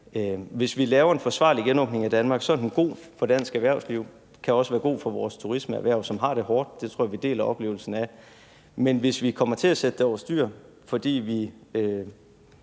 Hvis vi laver en forsvarlig genåbning af Danmark, er den god for dansk erhvervsliv og kan også være god for vores turismeerhverv, som har det hårdt. Det tror jeg vi deler oplevelsen af. Men hvis vi kommer til at sætte det over styr, fordi vi